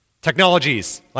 Technologies